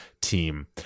team